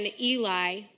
Eli